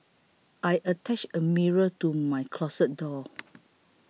I attached a mirror to my closet door